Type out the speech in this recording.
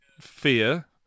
fear